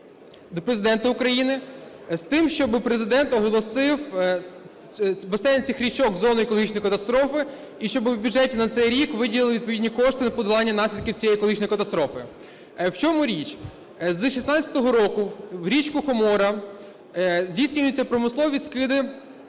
до Президента України з тим, щоб Президент оголосив басейни цих річок зоною екологічної катастрофи і щоб у бюджеті на цей рік виділили відповідні кошти на подолання наслідків цієї екологічної катастрофи. В чому річ? З 2016 року в річку Хомора здійснюються промислові скиди